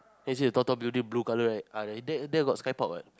is it Toto building blue colour right ah there there got sky park